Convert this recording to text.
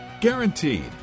Guaranteed